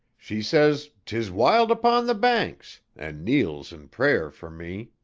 she says, tis wild upon the banks and kneels in prayer for me.